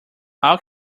all